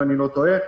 אם אני לא טועה: